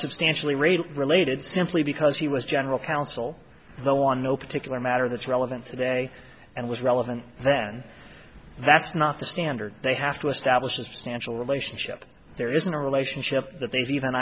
substantially raid related simply because he was general counsel though on no particular matter that's relevant today and was relevant then that's not the standard they have to establish a substantial relationship there isn't a relationship that th